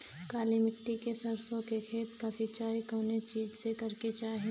काली मिट्टी के सरसों के खेत क सिंचाई कवने चीज़से करेके चाही?